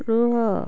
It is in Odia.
ରୁହ